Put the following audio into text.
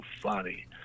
funny